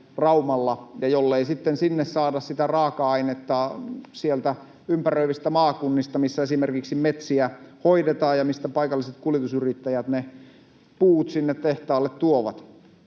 ja jollei sitten sinne saada sitä raaka-ainetta sieltä ympäröivistä maakunnista, missä esimerkiksi metsiä hoidetaan ja mistä paikalliset kuljetusyrittäjät ne puut sinne tehtaalle tuovat.